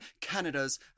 Canada's